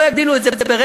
לא יגדילו את זה ב-0.25%,